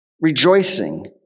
rejoicing